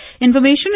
Information